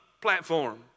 platform